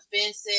offensive